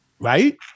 Right